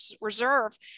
reserve